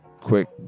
quick